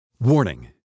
Warning